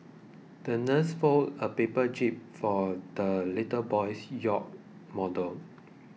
the nurse folded a paper jib for the little boy's yacht model